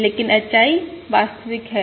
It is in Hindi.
लेकिन H I वास्तविक है